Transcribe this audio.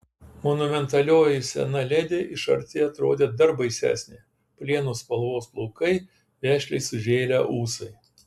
monumentalioji sena ledi iš arti atrodė dar baisesnė plieno spalvos plaukai vešliai sužėlę ūsai